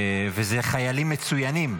ואלה חיילים מצוינים.